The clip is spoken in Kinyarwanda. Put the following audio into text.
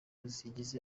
zigize